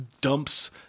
dumps